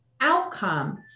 outcome